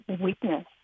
weakness